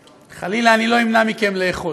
חלילה, אני לא אמנע מכם לאכול.